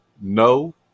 no